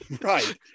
right